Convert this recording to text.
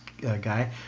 guy